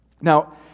Now